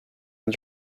and